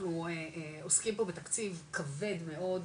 אנחנו עוסקים פה בתקציב כבד מאוד,